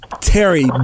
Terry